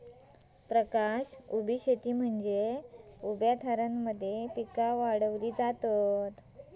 प्रकाश उभी शेती म्हनजे उभ्या थरांमध्ये पिका वाढवता